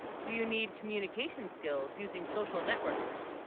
do you need communication skills using social networks